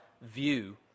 view